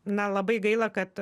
na labai gaila kad